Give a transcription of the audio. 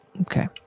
Okay